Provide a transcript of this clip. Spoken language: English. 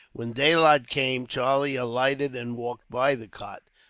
when daylight came, charlie alighted and walked by the cart.